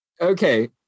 Okay